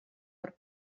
per